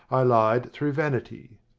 i lied through vanity.